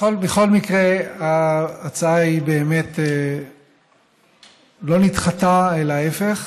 בכל מקרה, ההצעה לא באמת נדחתה, אלא ההפך,